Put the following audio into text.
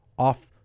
off